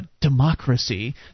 democracy